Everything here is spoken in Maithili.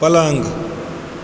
पलङ्ग